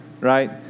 Right